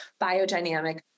biodynamic